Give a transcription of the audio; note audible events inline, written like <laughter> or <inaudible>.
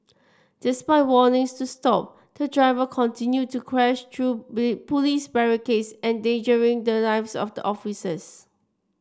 despite warnings to stop the driver continue to crash through <unintelligible> police barricades endangering the lives of the officers